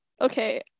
Okay